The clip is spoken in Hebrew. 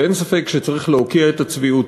אין ספק שצריך להוקיע את הצביעות,